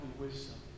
wisdom